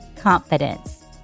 confidence